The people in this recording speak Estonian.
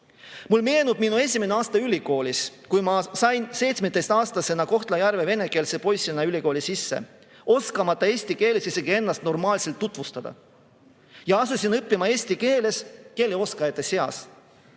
Mulle meenub minu esimene aasta ülikoolis, kui ma sain seitsmeteistkümneaastasena Kohtla-Järve venekeelse poisina ülikooli sisse, oskamata eesti keeles ennast isegi normaalselt tutvustada. Ja ma asusin õppima eesti keeles keeleoskajate seas.